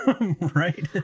right